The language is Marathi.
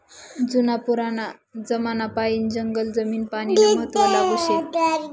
जुना पुराना जमानापायीन जंगल जमीन पानीनं महत्व लागू शे